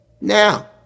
Now